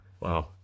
Wow